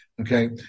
Okay